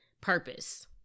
purpose